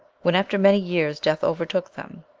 when, after many years, death overtook them,